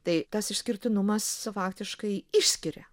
tai tas išskirtinumas faktiškai išskiria